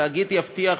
התאגיד יבטיח,